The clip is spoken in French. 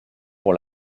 pour